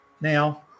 Now